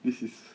this is